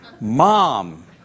Mom